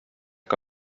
que